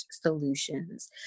solutions